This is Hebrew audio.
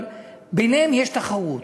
אבל ביניהם יש תחרות.